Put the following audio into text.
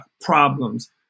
problems